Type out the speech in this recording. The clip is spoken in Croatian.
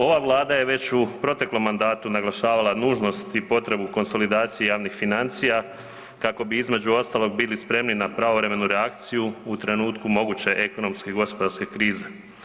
Ova Vlada je već u proteklom mandatu naglašavala nužnost i potrebu konsolidacije javnih financija, kako bi između ostalog, bili spremni na pravovremenu reakciju u trenutku moguće ekonomske i gospodarske krize.